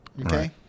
Okay